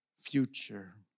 future